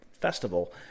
festival